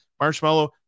Marshmallow